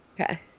Okay